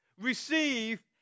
Receive